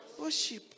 worship